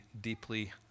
deeply